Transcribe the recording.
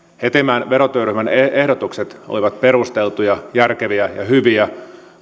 hetemäen verotyöryhmän ehdotukset olivat perusteltuja järkeviä ja hyviä